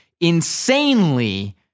Insanely